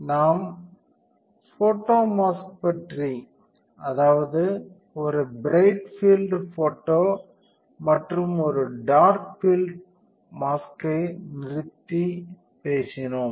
நாம் photo mask பற்றி அதாவது ஒரு பிரைட் பீல்ட் போட்டோ மற்றும் ஒரு டார்க் ஃபீல்ட் மாஸ்கை நிறுத்தி பேசினோம்